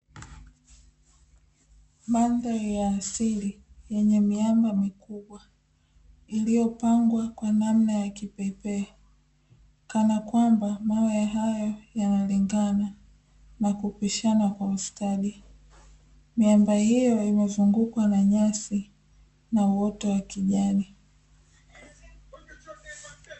Madhari ya asili yenye miamba mikubwa iliyopangwa kwa namna ya kipekee kana kwamba mawe hayo yanalingana na kupishana kwa ustadi, miamba hiyo imezungukwa na nyasi na uoto wa kijani.